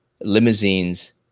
limousines